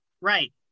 right